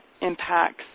impacts